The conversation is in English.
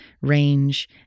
range